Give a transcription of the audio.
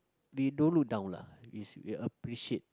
we don't look down lah we appreciate